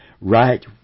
right